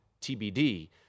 TBD